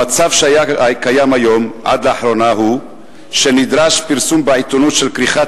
המצב שהיה קיים עד לאחרונה הוא שנדרש פרסום בעיתונות של כריכת